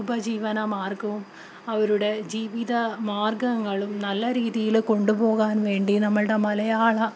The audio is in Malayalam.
ഉപജീവനമാർഗ്ഗവും അവരുടെ ജീവിത മാർഗ്ഗങ്ങളും നല്ല രീതിയില് കൊണ്ടുപോകാൻ വേണ്ടി നമ്മുടെ മലയാള